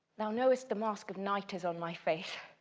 thou know'st the mask of night is on my face,